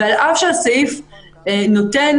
ועל אף שהסעיף נותן